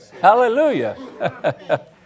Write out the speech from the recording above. Hallelujah